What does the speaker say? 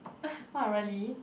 what really